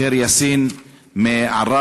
ח'יר יאסין מעראבה,